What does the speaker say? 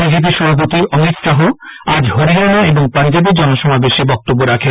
BJP সভাপতি অমিত শাহ আজ হরিয়ানা ও পাঞ্জাবে জনসমাবেশে বক্তব্য রাখেন